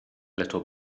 little